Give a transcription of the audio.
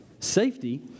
Safety